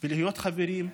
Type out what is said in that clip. ויהיו חברים,